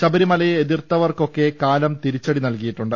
ശബരിമലയെ എതിർത്തവർക്കൊക്കെ കാലം തിരിച്ചടി നൽകിയിട്ടുണ്ട്